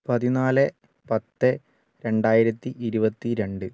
പതിന്നാല് പത്ത് രണ്ടായിരത്തി ഇരുപത്തി രണ്ട്